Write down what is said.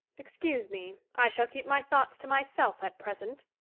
excuse me, i shall keep my thoughts to myself at present.